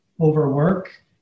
overwork